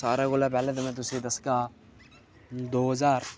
सारे कोला पैह्ले मैं तुसेंगी दस्सगा दो ज्हार